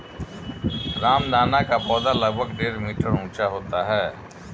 रामदाना का पौधा लगभग डेढ़ मीटर ऊंचा होता है